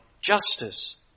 justice